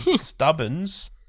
Stubbins